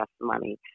money